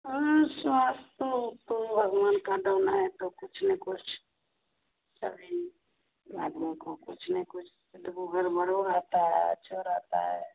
हाँ स्वास्थ्य तो भगवान का देना है तो कुछ ना कुछ आदमी को कुछ ना कुछ गड़बड़ों रहता है अच्छा रहता है